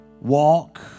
walk